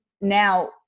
now